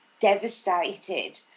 devastated